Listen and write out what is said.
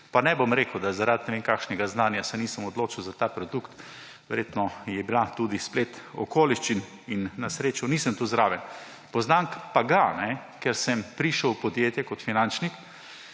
pa ne bom rekel, da se zaradi ne vem kakšnega znanja nisem odločil za ta produkt, verjetno je bil tudi splet okoliščin in na srečo nisem tukaj zraven. Poznam pa ga, ker sem prišel v podjetje kot finančnik